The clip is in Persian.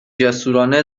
جسورانه